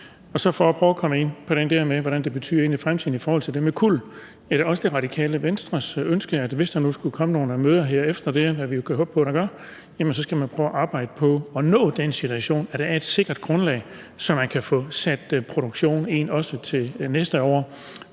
at prøve at komme ind på det der med, hvad det betyder ind i fremtiden i forhold til det med kuld: Er det også Radikale Venstres ønske, at hvis der nu skulle komme nogen møder her efter dette, hvad vi jo kan håbe på der gør, så skal man prøve at arbejde på at nå den situation, at der er et sikkert grundlag, så man kan få sat ind med produktionen, også til næste år?